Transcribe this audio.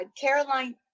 Caroline